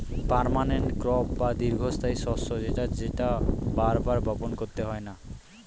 permanent crop বা দীর্ঘস্থায়ী শস্য সেটা যেটা বার বার বপণ করতে হয়না